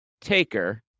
taker